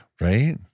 Right